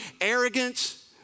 arrogance